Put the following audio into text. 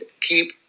keep